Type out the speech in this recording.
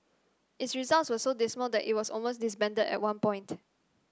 its results were so dismal that it was almost disbanded at one point